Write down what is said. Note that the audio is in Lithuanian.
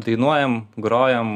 dainuojam grojam